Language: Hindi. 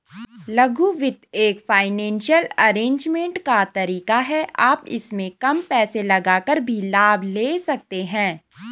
लघु वित्त एक फाइनेंसियल अरेजमेंट का तरीका है आप इसमें कम पैसे लगाकर भी लाभ ले सकते हैं